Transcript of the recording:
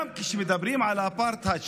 גם כשמדברים על אפרטהייד,